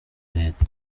leta